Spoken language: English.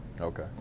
Okay